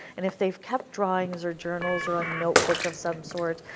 and if they have kept drawings or journals or a notebook of some sort,